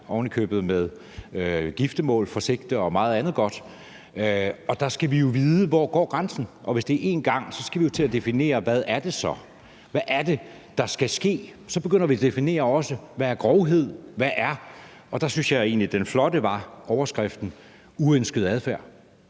ovenikøbet med giftermål for øje og meget andet godt, og der skal vi jo vide, hvor grænsen går. Og hvis det er en gang, skal vi jo til at definere, hvad det så er. Hvad er det, der skal ske? Så begynder vi også at definere, hvad grovhed er. Der synes jeg egentlig at den flotte overskrift var uønsket adfærd.